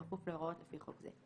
בכפוף להוראות לפי חוק זה.